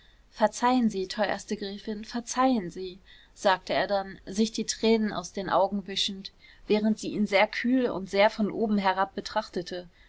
verzeihen sie teuerste gräfin verzeihen sie sagte er dann sich die tränen aus den augen wischend während sie ihn sehr kühl und sehr von oben herab betrachtete